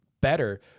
better